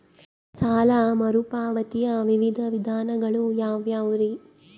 ಸಾಲ ಮರುಪಾವತಿಯ ವಿವಿಧ ವಿಧಾನಗಳು ಯಾವ್ಯಾವುರಿ?